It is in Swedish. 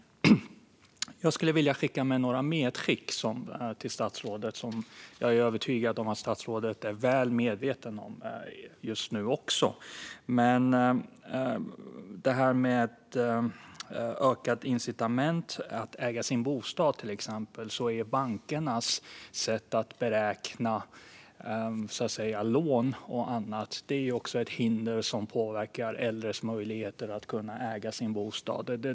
Jag skulle vilja göra några medskick till statsrådet som jag visserligen är övertygad om att statsrådet redan är väl medveten om. När det till exempel gäller detta med ökade incitament att äga sin bostad är bankernas sätt att beräkna lån och annat ett hinder som påverkar äldres möjligheter att äga sin bostad.